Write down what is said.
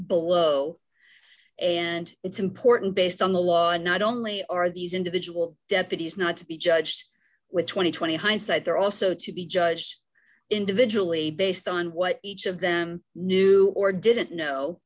below and it's important based on the law and not only are these individual deputies not to be judged with two thousand and twenty hindsight they're also to be judged individually based on what each of them knew or didn't kno